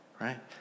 right